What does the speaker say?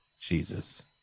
Jesus